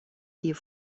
here